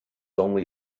only